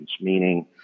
meaning